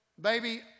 Baby